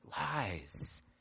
lies